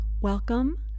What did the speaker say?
Welcome